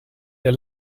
der